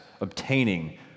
obtaining